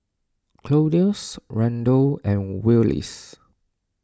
Claudius Randal and Willis